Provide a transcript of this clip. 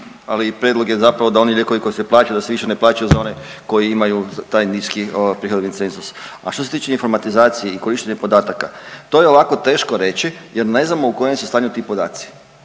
ali prijedlog je zapravo da oni lijekovi koji se plaćaju da se više ne plaćaju za one koji imaju taj niski prihodovni cenzus. A što se tiče informatizacije i korištenje podataka to je ovako teško reći jer ne znamo u kojem su stanju ti podaci.